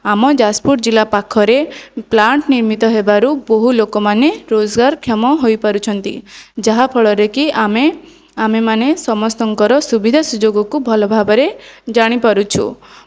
ଆମ ଯାଜପୁର ଜିଲ୍ଲା ପାଖରେ ପ୍ଳାଣ୍ଟ ନିର୍ମିତ ହେବାରୁ ବହୁ ଲୋକମାନେ ରୋଜଗାରକ୍ଷମ ହୋଇପାରୁଛନ୍ତି ଯାହା ଫଳରେକି ଆମେ ଆମେମାନେ ସମସ୍ତଙ୍କର ସୁବିଧାସୁଯୋଗକୁ ଭଲ ଭାବରେ ଜାଣିପାରୁଛୁ